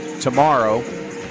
tomorrow